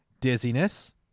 dizziness